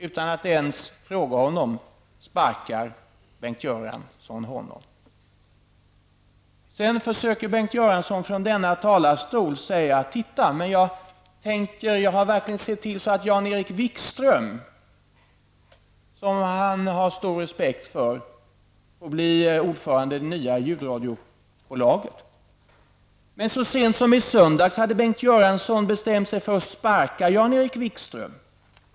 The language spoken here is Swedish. Utan att ens fråga honom sparkar Bengt Göransson honom. Sedan försöker Bengt Göransson från denna talarstol säga: Titta, jag har verkligen sett till att Jan-Erik Wikström -- som Bengt Göransson har stor respekt för -- får bli ordförande i det nya ljudradiobolaget. Men så sent som i söndags hade Bengt Göransson bestämt sig för att sparka Jan Erik Wikström.